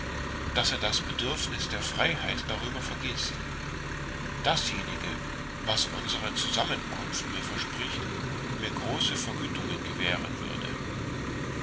daß er das bedürfniß der freiheit darüber vergißt dasjenige was unsere zusammenkunft mir verspricht mir große vergütungen gewähren würde